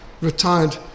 retired